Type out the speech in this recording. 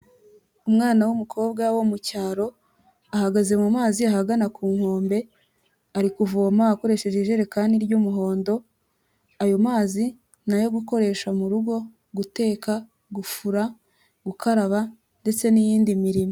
Umwana w'umukobwa wo mu cyaro ahagaze mu mazi ahagana ku nkombe, ari kuvoma akoresheje ijerekani y'umuhondo, ayo mazi ni ayo gukoresha mu rugo guteka, gufura, gukaraba, ndetse n'iyindi mirimo.